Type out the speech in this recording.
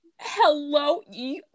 Hello